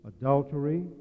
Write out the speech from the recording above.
adultery